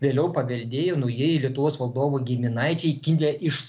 vėliau paveldėjo naujieji lietuvos valdovo giminaičiai kilę iš